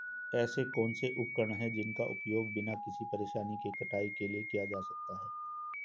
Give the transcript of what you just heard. ऐसे कौनसे उपकरण हैं जिनका उपयोग बिना किसी परेशानी के कटाई के लिए किया जा सकता है?